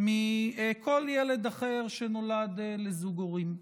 מכל ילד אחר, שנולד לזוג הורים.